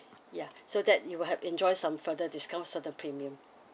ya so that you will have enjoy some further discounts of the premium